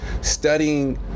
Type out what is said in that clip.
studying